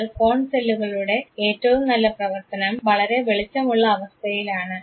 എന്നാൽ കോൺ സെല്ലുകളുടെ ഏറ്റവും നല്ല പ്രവർത്തനം വളരെ വെളിച്ചമുള്ള അവസ്ഥയിലാണ്